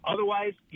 Otherwise